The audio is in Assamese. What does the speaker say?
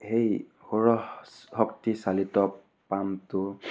সেই সৌৰশক্তি চালিত পামটো